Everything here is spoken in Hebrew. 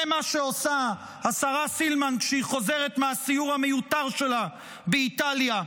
זה מה שעושה השרה סילמן כשהיא חוזרת מהסיור המיותר שלה באיטליה.